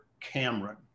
Cameron